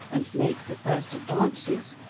and make the first advances.